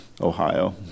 Ohio